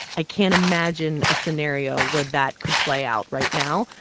i can't imagine a scenario where that could play out right now.